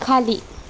खाली